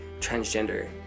transgender